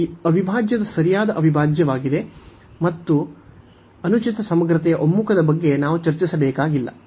ಈ ಅವಿಭಾಜ್ಯವು ಸರಿಯಾದ ಅವಿಭಾಜ್ಯವಾಗಿದೆ ಮತ್ತು ಅನುಚಿತ ಸಮಗ್ರತೆಯ ಒಮ್ಮುಖದ ಬಗ್ಗೆ ನಾವು ಚರ್ಚಿಸಬೇಕಾಗಿಲ್ಲ